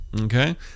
Okay